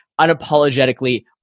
unapologetically